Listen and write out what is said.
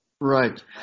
right